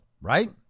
Right